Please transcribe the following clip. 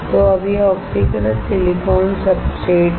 तो अब यह ऑक्सीकृत सिलिकॉन सब्सट्रेट है